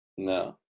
No